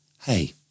hey